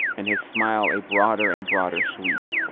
and his smile a broader and broader sweep.